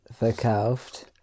verkauft